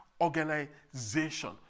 organization